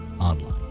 Online